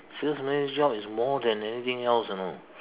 sales manager job is more than anything else you know